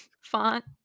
font